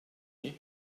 you